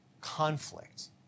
conflict